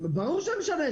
ברור שמשנה.